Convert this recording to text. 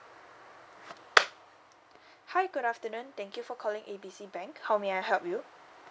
hi good afternoon thank you for calling A B C bank how may I help you